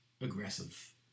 aggressive